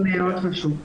מאוד חשוב.